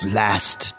last